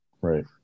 right